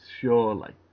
surely